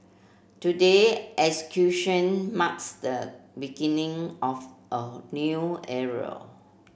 today acquisition marks the beginning of a new area